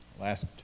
Last